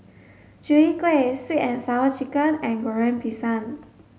Chwee Kueh sweet and sour chicken and Goreng Pisang